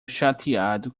chateado